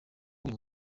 uyu